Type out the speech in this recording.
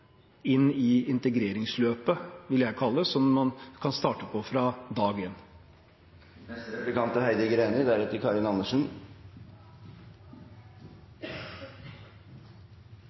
inn i integreringsløpet, som jeg vil kalle det, slik at man kan starte det fra